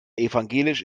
evangelisch